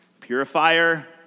Purifier